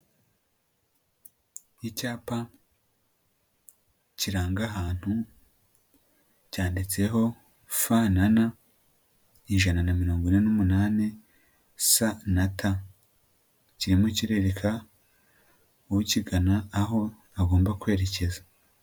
Icyapa kiranga ahantu cyanditseho Fa na Na ijana na mirongo ine n'umunani Sa na Ta. Kirimo kirereka ukigana aho agomba kwerekeza.